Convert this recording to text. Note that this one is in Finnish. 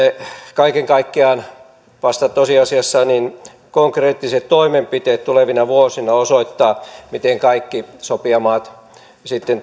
kaiken kaikkiaan vasta tosiasiassa konkreettiset toimenpiteet tulevina vuosina osoittavat miten kaikki sopijamaat sitten